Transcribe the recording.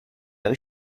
that